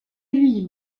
lui